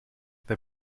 they